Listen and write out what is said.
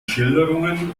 schilderungen